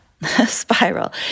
spiral